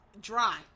dry